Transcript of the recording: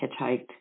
hitchhiked